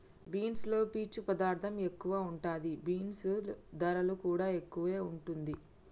beans లో పీచు పదార్ధం ఎక్కువ ఉంటది, బీన్స్ ధరలు కూడా ఎక్కువే వుంటుంది